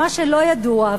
מה שלא ידוע,